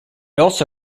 also